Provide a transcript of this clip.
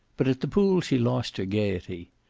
but at the pool she lost her gayety.